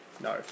no